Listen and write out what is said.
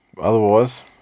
Otherwise